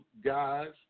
guys